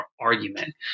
argument